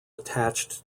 attached